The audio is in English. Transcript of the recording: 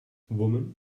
woman